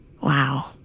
Wow